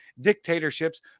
dictatorships